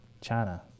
China